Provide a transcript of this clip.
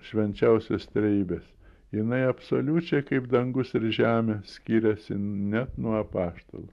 švenčiausios trejybės jinai absoliučiai kaip dangus ir žemė skyrėsi net nuo apaštalų